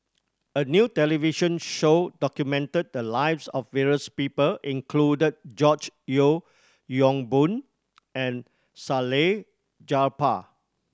a new television show documented the lives of various people include George Yeo Yong Boon and Salleh Japar